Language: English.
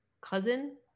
cousin